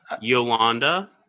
yolanda